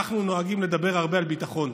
אנחנו נוהגים לדבר הרבה על ביטחון.